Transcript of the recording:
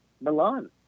Milan